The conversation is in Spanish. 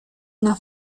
una